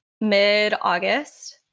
mid-August